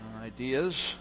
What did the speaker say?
ideas